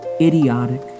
idiotic